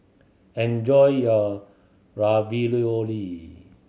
enjoy your Ravioli